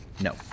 No